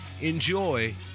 Enjoy